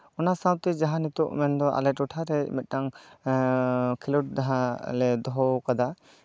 ᱚᱱᱟ ᱥᱟᱶᱛᱮ ᱡᱟᱦᱟᱸ ᱱᱤᱛᱚᱜ ᱢᱮᱱᱫᱚ ᱟᱞᱮ ᱴᱚᱴᱷᱟᱨᱮ ᱢᱤᱫᱴᱟᱝ ᱠᱷᱮᱞᱳᱰ ᱞᱮ ᱫᱚᱦᱚ ᱠᱟᱫᱟ